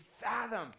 fathom